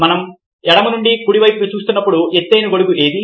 మనం ఎడమ నుండి కుడికి చూస్తున్నప్పుడు ఎత్తైన గొడుగు ఏది